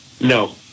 No